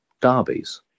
derbies